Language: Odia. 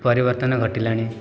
ପରିବର୍ତ୍ତନ ଘଟିଲାଣି